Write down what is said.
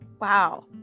Wow